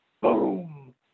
boom